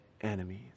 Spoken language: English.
enemies